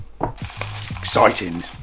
Exciting